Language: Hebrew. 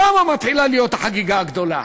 שם מתחילה להיות החגיגה הגדולה,